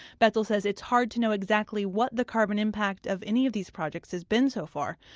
betsill says it's hard to know exactly what the carbon impact of any of these projects has been so far,